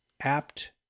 apt